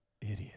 Idiot